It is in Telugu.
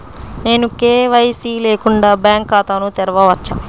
నేను కే.వై.సి లేకుండా బ్యాంక్ ఖాతాను తెరవవచ్చా?